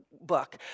book